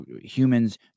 humans